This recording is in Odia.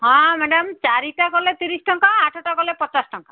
ହଁ ମ୍ୟାଡ଼ାମ୍ ଚାରିଟା କଲେ ତିରିଶ ଟଙ୍କା ଆଠଟା କଲେ ପଚାଶ ଟଙ୍କା